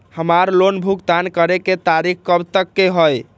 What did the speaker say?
हमार लोन भुगतान करे के तारीख कब तक के हई?